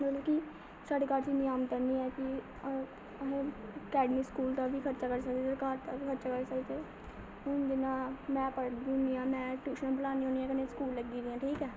मतलब की साढ़े घर च इ'न्नी आमदन निं ऐ की आहें अकैडमी स्कूल दा बी खर्चा करी सकदे ते घर दा बी खर्चा करी सकदे हून जि'यां में पढ़दी होनी आं में ट्यूशन बी पढ़ानी होनी आं कन्नै स्कूल लग्गी दियां ठीक ऐ